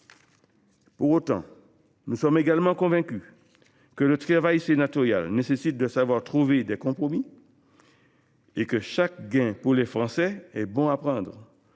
Pour autant, nous sommes également convaincus que le travail sénatorial impose de trouver des compromis et que tout gain pour les Français est bon à prendre.